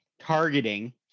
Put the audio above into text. targeting